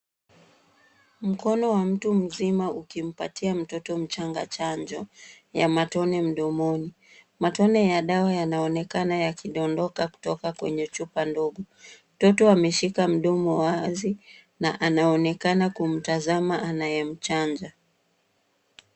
Mkono wa mtu mzima ukimpatia mtoto mchanga chanjo ya matone mdomoni. Matone ya dawa yanaonekana yakidondoka kutoka kwenye chupa ndogo. Mtoto amaeshika mdomo wazi na anaonekana kumtazama anayemchanja.